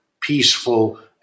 peaceful